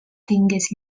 tingués